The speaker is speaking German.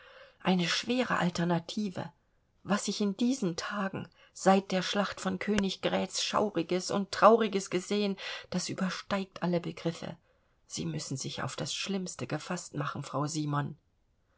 eine schwere alternative was ich in diesen tagen seit der schlacht von königgrätz schauriges und trauriges gesehen das übersteigt alle begriffe sie müssen sich auf das schlimmste gefaßt machen frau simon